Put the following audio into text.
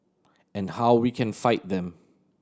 and how we can fight them